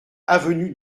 avenue